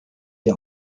die